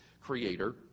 creator